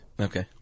Okay